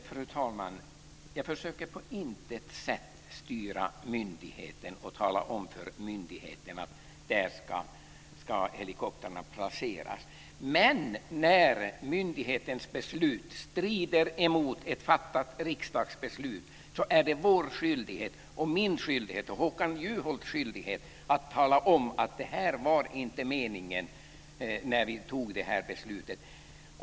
Fru talman! Jag försöker på intet sätt styra myndigheten och tala om för den var helikoptrarna ska placeras. Men när myndighetens beslut strider emot ett fattat riksdagsbeslut är det vår skyldighet, min skyldighet och Håkan Juholts skyldighet att tala om att detta inte var meningen när vi fattade detta beslut.